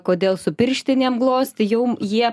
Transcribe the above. kodėl su pirštinėm glostai jau jie